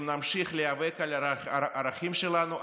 אם נמשיך להיאבק על הערכים שלנו,